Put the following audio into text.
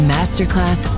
Masterclass